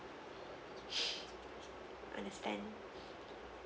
understand